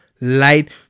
light